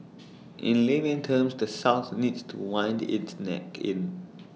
in layman's terms the south needs to wind its neck in